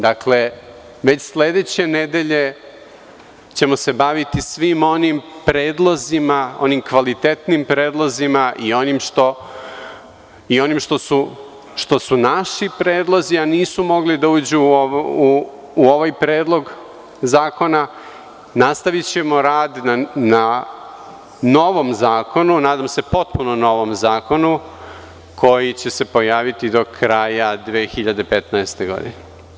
Dakle, već sledeće nedelje ćemo se baviti svim onim predlozima, onim kvalitetnim predlozima i onim što su naši predlozi a nisu mogli da uđu u ovaj predlog zakona, nastavićemo rad na novom zakonu, nadam se potpuno novom zakonu koji će se pojaviti do kraja 2015. godine.